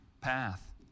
path